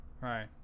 right